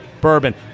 Bourbon